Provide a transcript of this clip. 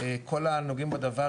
כל הנוגעים בדבר,